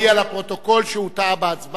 ראש הממשלה הודיע לפרוטוקול שהוא טעה בהצבעה,